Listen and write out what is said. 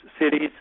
cities